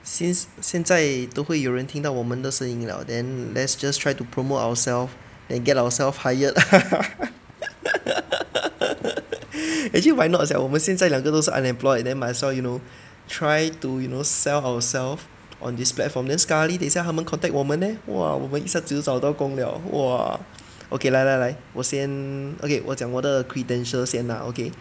since 现在都会有人听到我们的声音了 then let's just try to promote ourselves and get ourselves hired actually why not sia 我们现在两个都是 unemployed might as well you know try to you know sell ourself on this platform then sekali 等一下他们 contact 我们 leh !wah! 我们一下子就找到工了 !wah! okay 来来来我先 okay 我讲我的 credentials 先 lah okay